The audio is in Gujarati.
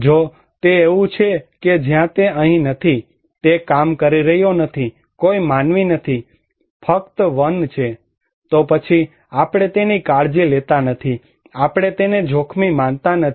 જો તે એવું છે કે જ્યાં તે અહીં નથી તે કામ કરી રહ્યો નથી કોઈ માનવી નથી ફક્ત વન છે તો પછી આપણે તેની કાળજી લેતા નથી આપણે તેને જોખમી માનતા નથી